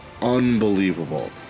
unbelievable